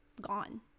gone